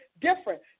different